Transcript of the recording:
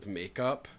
makeup